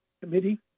Committee